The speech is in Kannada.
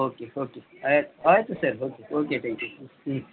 ಓಕೆ ಓಕೆ ಆಯ್ತು ಆಯಿತು sir okay okay thank you hmm ಹ್ಞೂ